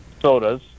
sodas